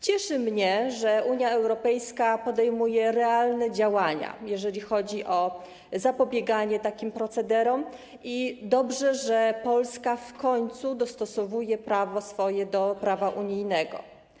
Cieszy mnie, że Unia Europejska podejmuje realne działania, jeżeli chodzi o zapobieganie takim procederom, i dobrze, że Polska w końcu dostosowuje swoje prawo do prawa unijnego.